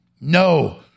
No